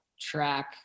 track